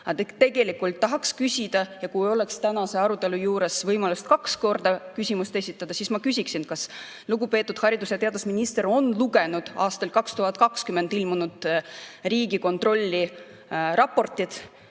Tegelikult tahaks küsida – ja kui tänasel arutelul oleks võimalus kaks korda küsimust esitada, siis ma oleksin küsinud –, kas lugupeetud haridus‑ ja teadusminister on lugenud aastal 2020 ilmunud Riigikontrolli raportit,